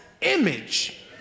image